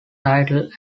titled